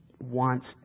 wants